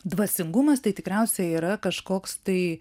dvasingumas tai tikriausiai yra kažkoks tai